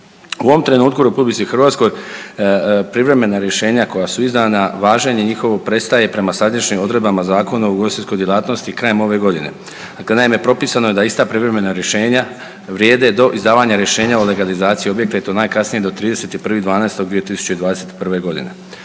U ovom trenutku u RH privremena rješenja koja su izdana, važenje njihovo prestaje prema sadašnjim odredbama Zakona o ugostiteljskoj djelatnosti krajem ove godine. Naime, propisano je da ista privremena rješenja vrijede do izdavanja rješenja o legalizaciji objekta i to najkasnije do 31.12.2021. godine.